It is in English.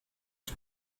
the